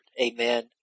Amen